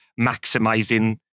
maximizing